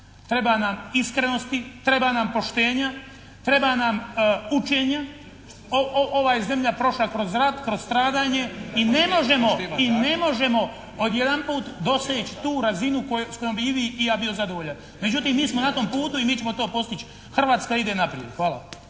treba nam iskrenosti, treba nam poštenja, treba nam učenja. Ova je zemlja prošla kroz rat, kroz stradanje i ne možemo odjedanput doseći tu razinu s kojom bi i vi i ja bio zadovoljan, međutim mi smo na tom putu i mi ćemo to postići. Hrvatska ide naprijed. Hvala.